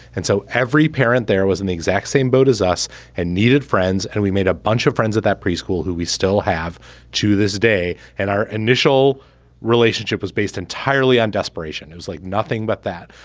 and so every parent there was in the exact same boat as us and needed friends. and we made a bunch of friends at that preschool who we still have to this day. and our initial relationship was based entirely on desperation. it was like nothing but that.